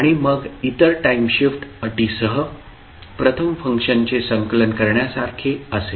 आणि मग इतर टाइम शिफ्ट अटीसह प्रथम फंक्शनचे संकलन करण्यासारखे असेल